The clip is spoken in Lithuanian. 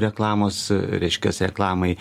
reklamos reiškias reklamai